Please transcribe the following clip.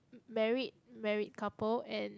married married couple and